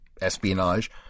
espionage